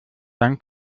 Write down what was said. dann